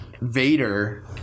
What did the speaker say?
Vader